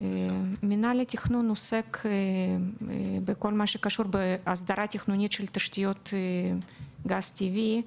מנהל התיכנון עוסק בכל מה שקשור בהסדרה תכנונית של תשתיות גז טבעי,